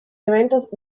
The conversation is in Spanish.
eventos